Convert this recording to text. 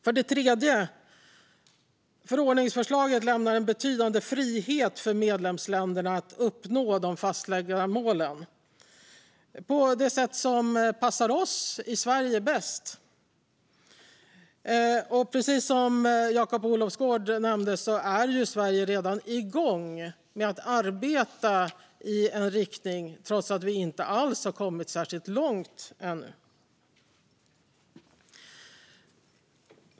För det tredje: Förordningsförslaget lämnar en betydande frihet för medlemsländerna att uppnå de fastlagda målen på det sätt som passar oss i Sverige bäst. Precis som Jakob Olofsgård nämnde är Sverige redan igång med att arbeta i en riktning, trots att vi inte alls har kommit särskilt långt ännu.